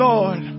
Lord